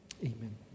Amen